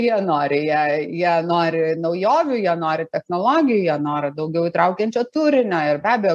jie nori jie jie nori naujovių jie nori technologijų jo norą daugiau įtraukiančio turinio ir be abejo